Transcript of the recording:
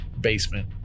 basement